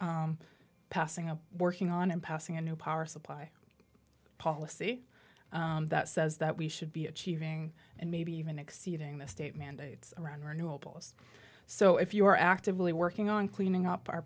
passing up working on and passing a new power supply policy that says that we should be achieving and maybe even exceeding the state mandates around renewables so if you are actively working on cleaning up our